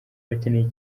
bakinira